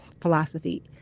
philosophy